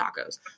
tacos